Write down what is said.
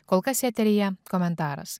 kol kas eteryje komentaras